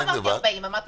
לא אמרתי 40, אמרתי